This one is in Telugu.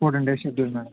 oh ten days schedule madam